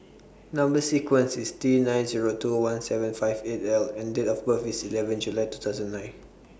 Number sequence IS T nine Zero two one seven five eight L and Date of birth IS eleven July two thousand nine